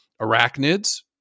arachnids